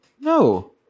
No